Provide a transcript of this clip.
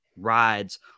rides